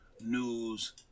news